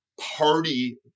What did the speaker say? party